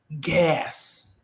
gas